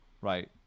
right